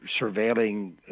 surveilling